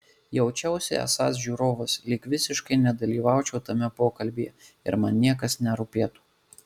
jaučiausi esąs žiūrovas lyg visiškai nedalyvaučiau tame pokalbyje ir man niekas nerūpėtų